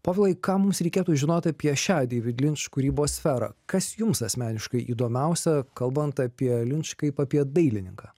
povilai ką mums reikėtų žinoti apie šią deivid linč kūrybos sferą kas jums asmeniškai įdomiausia kalbant apie linč kaip apie dailininką